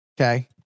Okay